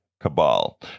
cabal